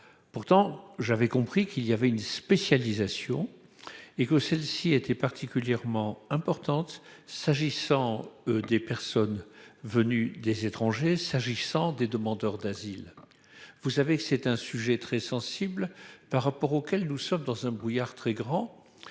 Pourtant j'avais compris qu'il y avait une spécialisation et que celle-ci était particulièrement importante s'agissant des personnes venues des étrangers s'agissant des demandeurs d'asile. Vous savez que c'est un sujet très sensible par rapport auquel nous sommes dans un brouillard très grand.